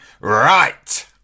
Right